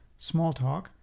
Smalltalk